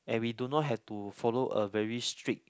and we do not have to follow a very strict